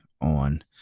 on